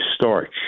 starch